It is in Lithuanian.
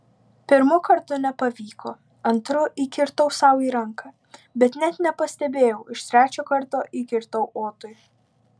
pirmu kartu nepavyko antru įkirtau sau į ranką bet net nepastebėjau iš trečio karto įkirtau otui